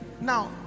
now